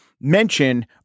mention